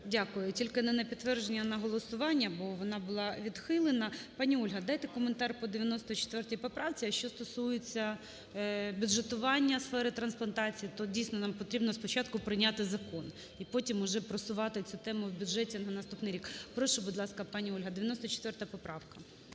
Дякую. Тільки не на підтвердження, а на голосування, бо вона була відхилена. Пані Ольга, дайте коментар по 94 поправці. А що стосується бюджетування сфери трансплантації, то дійсно нам потрібно спочатку прийняти закон і потім уже просувати цю тему в бюджеті на наступний рік. Прошу, будь ласка, пані Ольга. 94-а поправка.